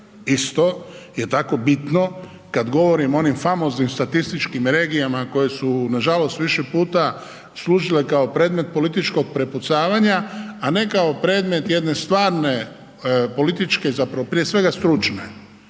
isto je tako bitno kad govorim o onim famoznim statističkim regijama koje su nažalost više puta služile kao predmet političkog prepucavanja a ne kao predmet jedne stvarne političke, zapravo prije svega stručne